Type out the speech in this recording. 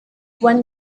one